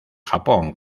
japón